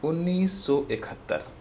انیس سو اکہتر